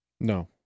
No